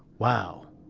wow.